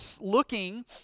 looking